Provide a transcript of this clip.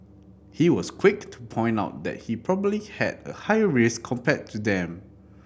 he was quick to point out that he probably had a higher risk compared to them